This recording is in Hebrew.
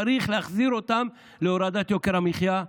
צריך להחזיר אותם להורדת יוקר המחיה,